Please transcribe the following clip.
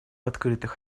открытых